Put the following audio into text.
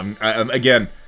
Again